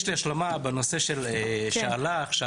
יש לי השלמה בנושא שעלה עכשיו,